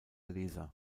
leser